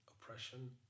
oppression